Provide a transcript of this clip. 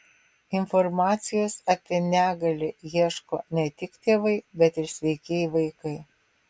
informacijos apie negalią ieško ne tik tėvai bet ir sveikieji vaikai